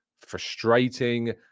frustrating